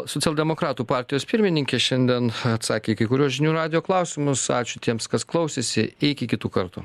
socialdemokratų partijos pirmininkė šiandien atsakė į kai kuriuos žinių radijo klausimus ačiū tiems kas klausėsi iki kitų kartų